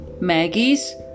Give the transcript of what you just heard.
Maggie's